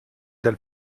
del